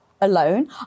alone